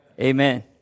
Amen